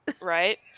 right